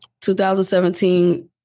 2017